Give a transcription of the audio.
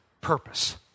purpose